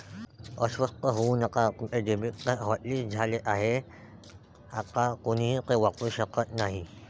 अस्वस्थ होऊ नका तुमचे डेबिट कार्ड हॉटलिस्ट झाले आहे आता कोणीही ते वापरू शकत नाही